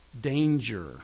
danger